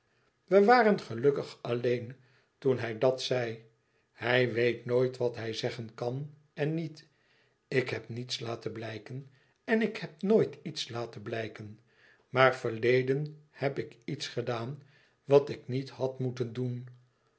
we waren gelukkig alleen toen hij dat zei hij weet nooit wat hij zeggen kan en niet ik heb niets laten blijken en ik heb nooit iets laten blijken maar verleden heb ik iets gedaan wat ik niet had moeten doen